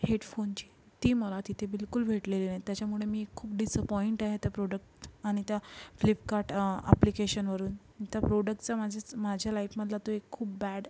हेटफोनची ती मला तिथे बिलकूल भेटलेली नाही त्याच्यामुळे मी खूप डिसअपॉईंट आहे त्या प्रोडक्ट आणि त्या फ्लिपकार्ट आप्लिकेशनवरून त्या प्रोडक्चं माझं माझ्या लाईफमधला तो एक खूप बॅड